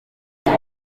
niga